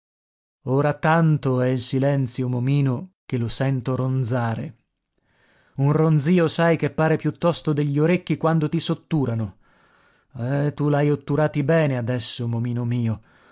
ora tanto è il silenzio momino che lo sento ronzare un ronzio sai che pare piuttosto degli orecchi quando ti s'otturano eh tu l'hai otturati bene adesso momino mio